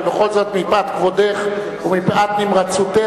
אבל בכל זאת מפאת כבודך ומפאת נמרצותך,